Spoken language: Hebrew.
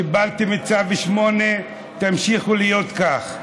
קיבלתם צו 8, תמשיכו להיות כך.